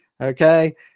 Okay